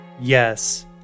Yes